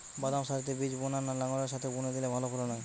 বাদাম সারিতে বীজ বোনা না লাঙ্গলের সাথে বুনে দিলে ভালো ফলন হয়?